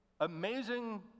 amazing